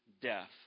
death